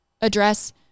address